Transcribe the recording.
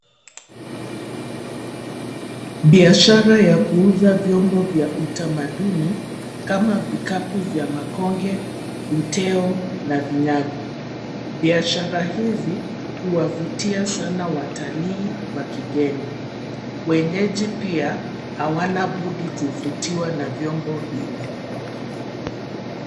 Biashara ya kuuza vyombo vya utamaduni kama vikapu vya makonge, uteo na vinyago. Biashara hizi huwavutia sana watalii wa kigeni. Wenyeji pia hawana budi kuvutiwa na vyombo hivi.